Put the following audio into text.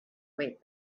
wait